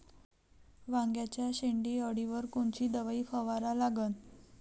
वांग्याच्या शेंडी अळीवर कोनची दवाई फवारा लागन?